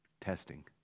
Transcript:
testing